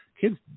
kids